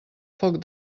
foc